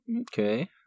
Okay